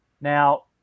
Now